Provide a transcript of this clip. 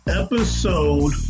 episode